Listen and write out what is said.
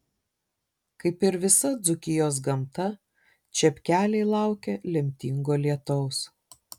kaip ir visa dzūkijos gamta čepkeliai laukia lemtingo lietaus